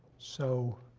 so